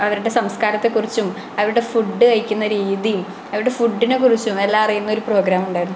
അവരുടെ സംസ്കാരത്തെ കുറിച്ചും അവരുടെ ഫുഡ് കഴിക്കുന്ന രീതിയും അവരുടെ ഫുഡ്ഡിനെ കുറിച്ചും എല്ലാം അറിയുന്നൊരു പ്രോഗ്രാം ഉണ്ടായിരുന്നു